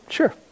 Sure